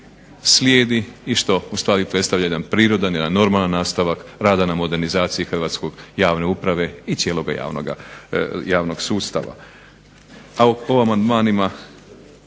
i što ustvari predstavlja jedan prirodan jedan normalan nastavak rada na modernizaciji hrvatske javne uprave i cijeloga javnog sustava.